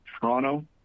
Toronto